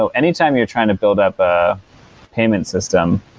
so anytime you're trying to build up a payment system,